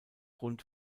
rund